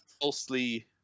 falsely